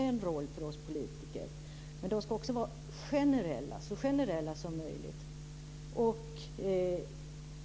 Där har vi politiker en roll att spela, men dessa regler ska vara så generella som möjligt.